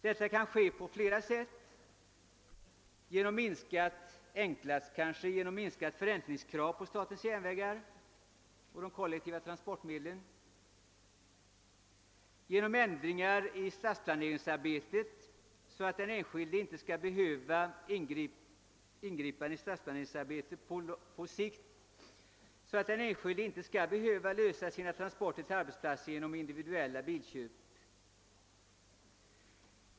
Detta kan ske på flera sätt, enklast kanske genom minskat förräntningskrav på SJ eller genom en målmedveten samhällsplanering i vilken de kollektiva trafikmedlen aktivt infogas. a) Stadsplaneringsarbetet skall ordnas så att den enskilde inte behöver lösa sin transportfråga till arbetsplatsen genom individuellt bilköp.